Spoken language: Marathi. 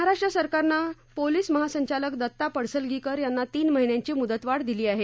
महाराष्ट्र सरकारनं पोलीस महासंचालक दत्ता पडसलगीकर यांना तीन महिन्यांची मुद्तवाढ दिली आहे